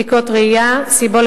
הראייה ממשיכה להידרדר,